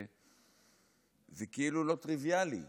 זה כאילו לא טריוויאלי,